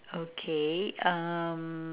okay uh